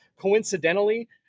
coincidentally